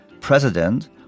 president